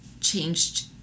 changed